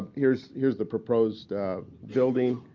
here's here's the proposed building.